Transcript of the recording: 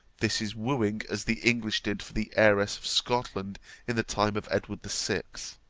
this is wooing as the english did for the heiress of scotland in the time of edward the sixth.